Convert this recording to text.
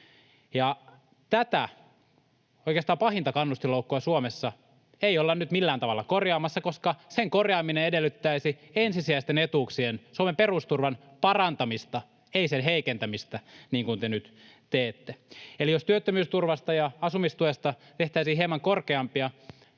tätä, oikeastaan pahinta kannustinloukkua Suomessa ei olla nyt millään tavalla korjaamassa, koska sen korjaaminen edellyttäisi ensisijaisten etuuksien, Suomen perusturvan, parantamista, ei sen heikentämistä, niin kuin te nyt teette. Eli jos työttömyysturvasta ja asumistuesta tehtäisiin hieman korkeampia,